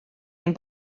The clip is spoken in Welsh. ein